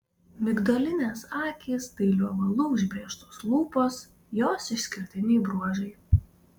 migdolinės akys dailiu ovalu užbrėžtos lūpos jos išskirtiniai bruožai